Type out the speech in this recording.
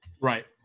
Right